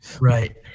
Right